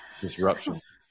disruptions